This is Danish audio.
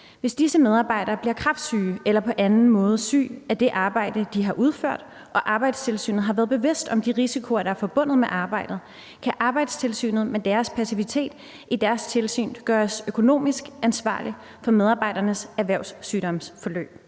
Hvis disse medarbejdere bliver kræftsyge eller på anden måde syge af det arbejde, de har udført, og Arbejdstilsynet har været bevidst om de risikoer, der er forbundet med arbejdet, kan Arbejdstilsynet så med deres passivitet i deres tilsyn gøres økonomisk ansvarlig for medarbejdernes erhvervssygdomsforløb?